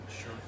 Sure